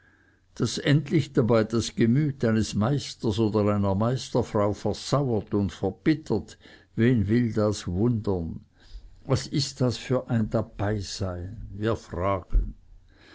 daß endlich dabei das gemüt eines meisters oder einer meisterfrau versauert und verbittert wen will das wundern was ist dies für ein dabeisein wir fragen